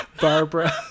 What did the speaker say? Barbara